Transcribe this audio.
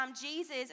Jesus